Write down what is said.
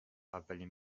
اولین